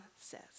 says